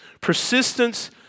persistence